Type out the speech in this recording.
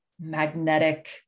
magnetic